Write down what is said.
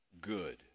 good